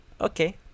Okay